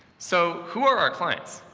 so who are our clients?